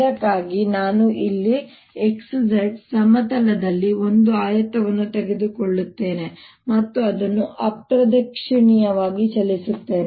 ಇದಕ್ಕಾಗಿ ನಾನು ಇಲ್ಲಿ xz ಸಮತಲದಲ್ಲಿ ಒಂದು ಆಯತವನ್ನು ತೆಗೆದುಕೊಳ್ಳುತ್ತೇನೆ ಮತ್ತು ಅದನ್ನು ಅಪ್ರದಕ್ಷಿಣಾಕಾರವಾಗಿ ಚಲಿಸುತ್ತೇನೆ